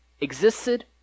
existed